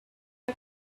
but